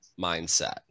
mindset